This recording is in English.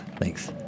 Thanks